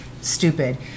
stupid